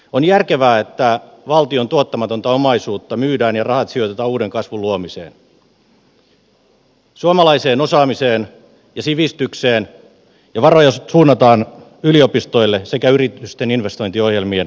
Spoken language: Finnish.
on järkevää että valtion tuottamatonta omaisuutta myydään ja rahat sijoitetaan uuden kasvun luomiseen suomalaiseen osaamiseen ja sivistykseen ja varoja suunnataan yliopistoille sekä yritysten investointiohjelmien vauhdittamiseen